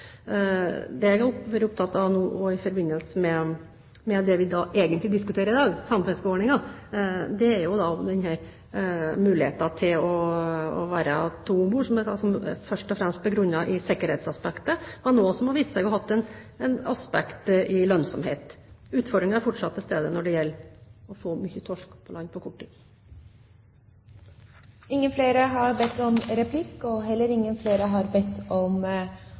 Det jeg har vært opptatt av nå i forbindelse med det vi da egentlig diskuterer i dag, samfiskeordningen, er muligheten til å være to om bord, som jeg sa først og fremst er begrunnet i sikkerhetsaspektet, men som er noe som har vist seg å ha hatt et aspekt i lønnsomhet. Utfordringen er fortsatt til stede når det gjelder å få mye torsk på land på kort tid. Replikkordskiftet er omme. Flere har ikke bedt om